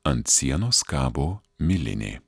ant sienos kabo milinė